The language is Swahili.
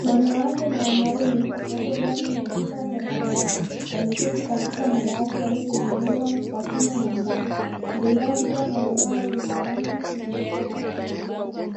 Wanawake na wanaume wapo ndani ya chumba cha darasa wameketi katika madawati yaliyotengenezwa kwa chuma na mbao, mbele yao kukuwa na ubao wenye rangi nyeupe na maandishi ya blue